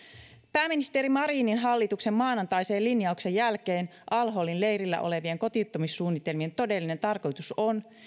pääministeri marinin hallituksen maanantaisen linjauksen jälkeen al holin leirillä olevien kotiuttamissuunnitelmien todellinen tarkoitus on